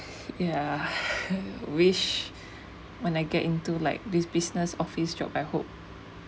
ya wish when I get into like these business office job I hope